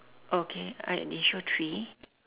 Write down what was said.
oh okay I they show three